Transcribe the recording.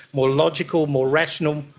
more logical, more rational,